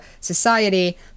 society